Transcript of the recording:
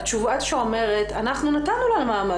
התשובה שאומרת: אנחנו נתנו לה מעמד,